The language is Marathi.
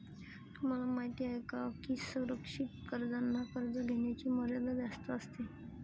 तुम्हाला माहिती आहे का की सुरक्षित कर्जांना कर्ज घेण्याची मर्यादा जास्त असते